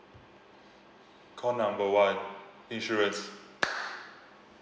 call number one insurance